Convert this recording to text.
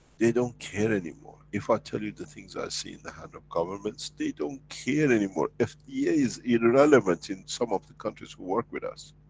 they don't care anymore, if i tell you the things i see in the hand of governments, they don't care anymore fda is irrelevant, in some of the country's who work with us.